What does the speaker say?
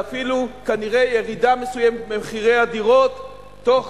וכנראה אפילו ירידה מסוימת במחירי הדירות בתוך